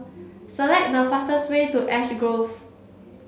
select the fastest way to Ash Grove